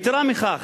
יתירה מכך,